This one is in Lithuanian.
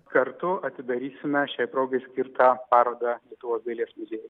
kartu atidarysime šiai progai skirtą parodą lietuvos dailės muziejuj